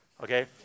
okay